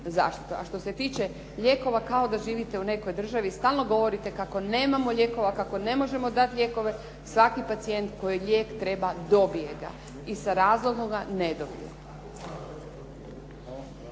A što se tiče lijekova, kao da živite u nekoj državi, stalno govorite kako nemamo lijekova, kako ne možemo dati lijekove, svaki pacijent koji lijek treba, dobije ga. I sa razlogom ga ne dobije.